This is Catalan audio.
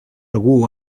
algú